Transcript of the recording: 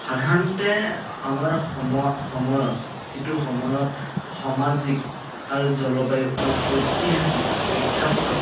সাধাৰণতে আমাৰ সময় সময়ত যিটো সময়ত সামাজিক আৰু জলবায়ু আৰু ঐতিহাসিক প্ৰেক্ষাপতত